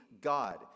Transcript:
God